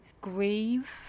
grieve